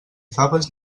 faves